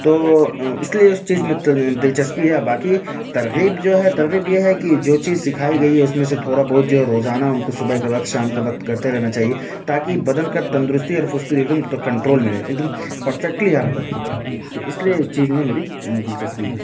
تو اس لیے اس چیز میں دل چسپی ہے باقی ترغیب جو ہے ترغیب یہ ہے کی جو چیز سکھائی گئی ہے اس میں سے تھوڑا بہت جو ہے روزانہ ان کو صبح کے وقت شام کے وقت کرتے رہنا چاہیے تاکہ بدن کا تندرستی اور پھرتی ایک دم تو کنڑول میں رہے ایک دم پرفیکٹلی آپ کریں اس لیے اس چیز میں میری دل چسپی ہے